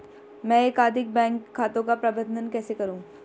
मैं एकाधिक बैंक खातों का प्रबंधन कैसे करूँ?